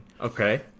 okay